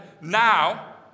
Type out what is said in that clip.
now